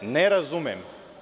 Ne razumem.